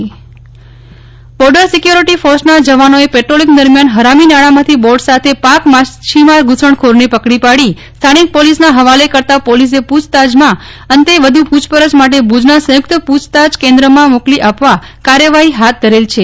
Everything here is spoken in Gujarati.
નેહ્લ ઠક્કર માછીમાર ધુસણખોરની પુછતાછ બોર્ડર સિક્વ્રરીટી ફોર્સના જવાનોએ પેટ્રોલીંગ દરમ્યાન હરામીનાળામાંથી બોટ સાથે પાક માછીમાર ધૂષણખોરને પકડી પાડી સ્થાનિક પોલીસના હવાલે કરતા પોલીસે પૂછતાછના અંતે વધુ પૂછપરછ માટે ભુજના સંયુક્ત પૂછતાછ કેન્દ્રમાં મોકલી આપવા કાર્યવાહી હાથ ધરેલ છે